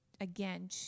again